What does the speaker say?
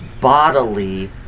bodily